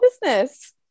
business